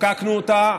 כשחוקקנו אותה,